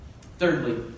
Thirdly